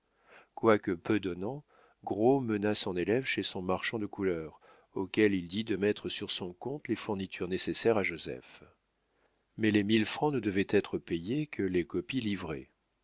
quoique peu donnant gros mena son élève chez un marchand de couleurs auquel il dit de mettre sur son compte les fournitures nécessaires à joseph mais les mille francs ne devaient être payés que les copies livrées